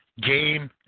game